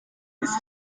ist